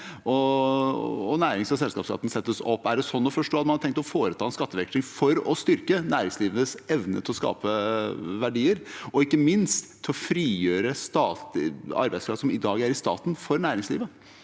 og nærings og selskapsskatten settes opp. Er det slik å forstå at man har tenkt å foreta en skatteveksling for å styrke næringslivets evne til å skape verdier, og ikke minst for å frigjøre statlig arbeidskraft som i dag er i staten, for næringslivet?